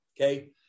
okay